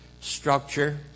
structure